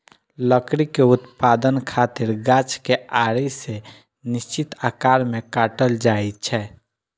लकड़ी के उत्पादन खातिर गाछ कें आरी सं निश्चित आकार मे काटल जाइ छै